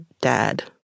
dad